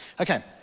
okay